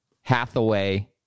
Hathaway